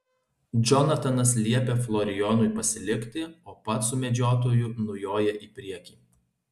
džonatanas liepia florijonui pasilikti o pats su medžiotoju nujoja į priekį